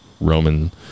Roman